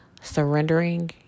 surrendering